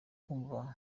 kumva